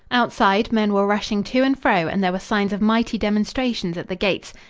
outside, men were rushing to and fro and there were signs of mighty demonstrations at the gates.